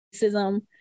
racism